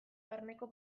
barneko